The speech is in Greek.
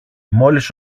μόλις